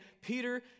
Peter